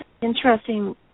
interesting